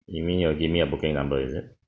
you mean you are giving me a booking number is it